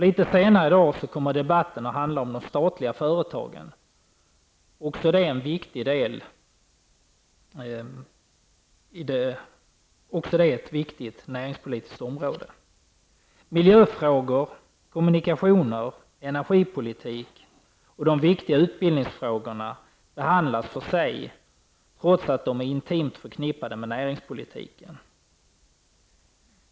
Litet senare i dag kommer debatten att handla om de statliga företagen, som också är ett viktigt näringspolitiskt område. Miljöfrågor, kommunikationer, energipolitik och de viktiga utbildningsfrågorna behandlas för sig, trots att de är intimt förknippade med näringspolitiken.